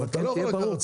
אבל כן שיהיה ברור,